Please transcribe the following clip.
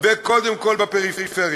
וקודם כול בפריפריה.